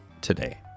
today